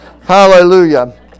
Hallelujah